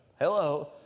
Hello